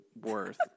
worth